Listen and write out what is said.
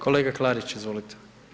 Kolega Klarić, izvolite.